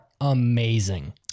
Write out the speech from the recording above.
amazing